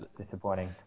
disappointing